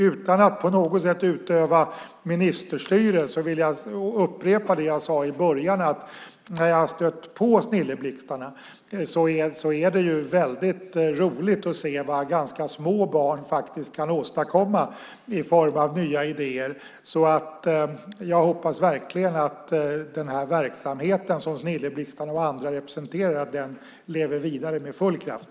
Utan att på något sätt utöva ministerstyre vill jag upprepa det jag sade i början. När jag har stött på Snilleblixtarna är det väldigt roligt att se vad ganska små barn kan åstadkomma i form av nya idéer. Jag hoppas verkligen att den verksamhet som Snilleblixtarna och andra representerar lever vidare med full kraft.